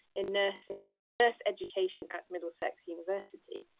in nursing at nurse education at middlesex university.